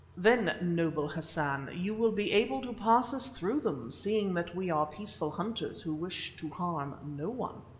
then, noble hassan, you will be able to pass us through them, seeing that we are peaceful hunters who wish to harm no one.